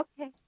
Okay